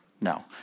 No